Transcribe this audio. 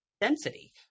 density